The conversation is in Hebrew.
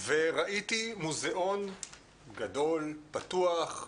וראיתי מוזיאון גדול, פתוח,